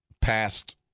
past